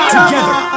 together